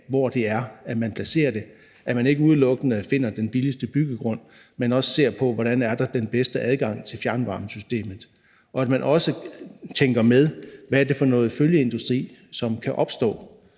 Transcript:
hvor det er, man placerer det – at man ikke udelukkende finder den billigste byggegrund, men også ser på, hvordan der er den bedste adgang til fjernvarmesystemet, og at man også medtænker, hvad det er for en følgeindustri, som kan opstå.